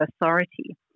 authority